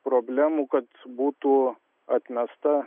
problemų kad būtų atmesta